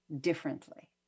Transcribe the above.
differently